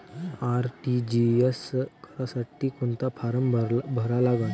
RTGS करासाठी कोंता form भरा लागन?